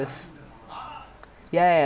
err ya ya ya